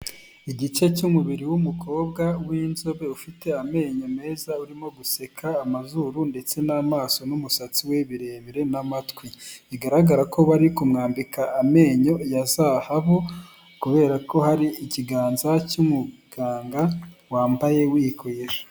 Igice cy'umubiri w'umukobwa w'inzobe, ufite amenyo meza urimo guseka amazuru ndetse n'amaso n'umusatsi we birebire n'amatwi, bigaragara ko bari kumwambika amenyo ya zahabu kubera ko hari ikiganza cy'umuganga wambaye wikwije.